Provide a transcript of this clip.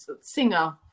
singer